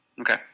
Okay